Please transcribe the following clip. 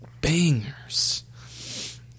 bangers